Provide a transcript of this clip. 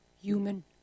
Human